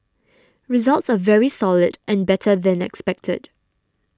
results are very solid and better than expected